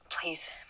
please